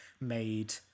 made